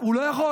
הוא לא יכול?